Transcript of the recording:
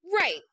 Right